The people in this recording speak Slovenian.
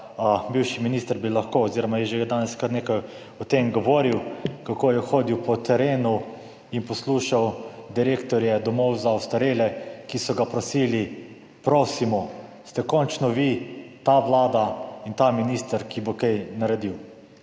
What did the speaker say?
Bivši minister bi lahko oziroma je že danes kar nekaj o tem govoril, kako je hodil po terenu in poslušal direktorje domov za ostarele, ki so ga prosili: Prosimo, ste končno vi, ta vlada in ta minister, ki bo kaj naredil?